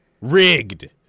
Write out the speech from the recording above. Rigged